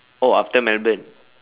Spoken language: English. oh after melbourne